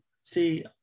See